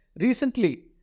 Recently